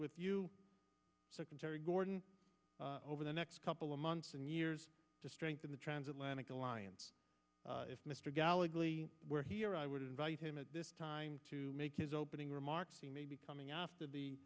with you secretary gordon over the next couple of months and years to strengthen the transatlantic alliance if mr gallagher were here i would invite him at this time to make his opening remarks he may be coming after the